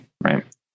right